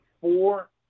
four